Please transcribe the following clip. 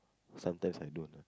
sometimes I don't ah